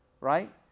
right